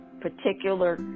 particular